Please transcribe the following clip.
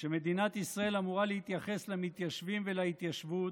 שמדינת ישראל אמורה להתייחס למתיישבים ולהתיישבות,